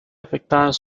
afectadas